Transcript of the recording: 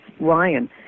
Ryan